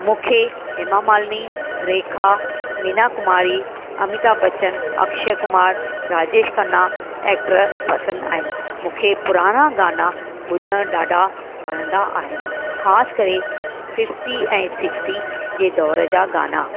मूंखे हेमा मालिनी रेखा मीना कुमारी अमिताभ बच्चन अक्षय कुमार राजेश खन्ना एक्टर पसंदि आहिनि मूंखे पुराणा गाना ॿुधणु ॾाढा वणंदा आहिनि ख़ासि करे फिफ्टी ऐं सिक्सटी जे दौर जा गाना